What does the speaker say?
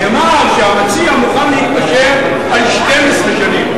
נאמר שהמציע מוכן להתפשר על 12 שנים.